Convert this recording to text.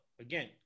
again